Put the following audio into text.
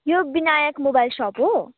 यो Vinayak mobile shop हो